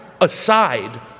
aside